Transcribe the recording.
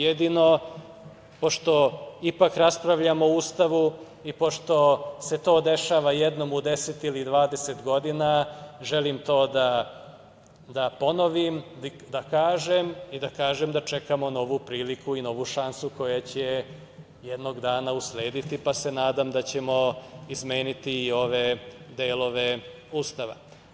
Jedino, pošto ipak raspravljamo o Ustavu i pošto se to dešava jednom u 10 ili 20 godina, želim to da ponovim, da kažem i da kažem da čekamo novu priliku i novu šansu koja će jednog dana uslediti, pa se nadam da ćemo izmeniti i ove delove Ustava.